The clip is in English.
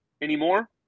anymore